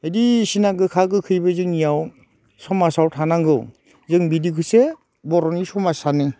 बायदिसिना गोखा गोखैबो जोंनियाव समाजाव थानांगौ जों बिदिखौसो बर'नि समाज सानो